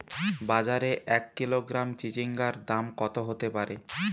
বাজারে এক কিলোগ্রাম চিচিঙ্গার দাম কত হতে পারে?